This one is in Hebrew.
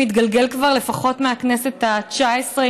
מתגלגל כבר לפחות מהכנסת התשע עשרה,